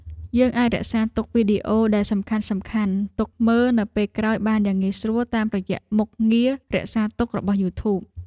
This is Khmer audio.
យើងអាចរក្សាទុកវីដេអូដែលសំខាន់ៗទុកមើលនៅពេលក្រោយបានយ៉ាងងាយស្រួលតាមរយៈមុខងាររក្សាទុករបស់យូធូប។